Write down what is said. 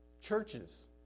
Churches